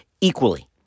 equally